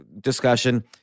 discussion